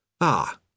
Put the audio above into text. Ah